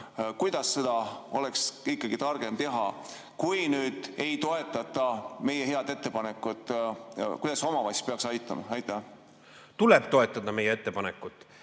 Kuidas seda oleks ikkagi targem teha? Kui nüüd ei toetata meie head ettepanekut, kuidas siis omavalitsusi peaks aitama? Tuleb toetada meie ettepanekut!